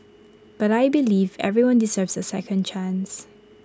but I believe everyone deserves A second chance